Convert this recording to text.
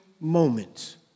moments